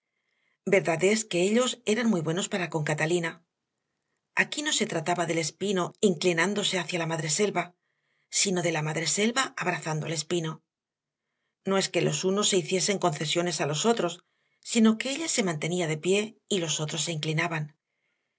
verdad es que ellos eran muy buenos para con catalina aquí no se trataba del espino inclinándose hacia la madreselva sino de la madreselva abrazando al espino no es que los unos se hiciesen concesiones a los otros sino que ella se mantenía de pie y los otros se inclinaban